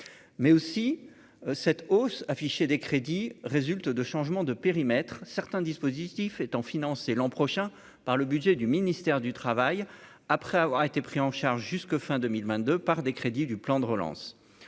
mais aussi cette hausse affichée des crédits résulte de changement de périmètre certains dispositifs étant financé l'an prochain par le budget du ministère du Travail, après avoir été pris en charge jusque fin 2022 par des crédits du plan de relance